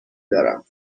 دارم